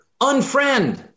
Unfriend